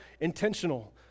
intentional